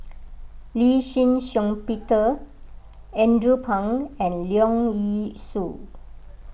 Lee Shih Shiong Peter Andrew Phang and Leong Yee Soo